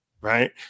right